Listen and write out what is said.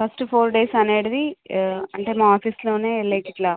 first four days అనేది అంటే మా ఆఫీస్లోనే లైక్ ఇలా